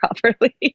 properly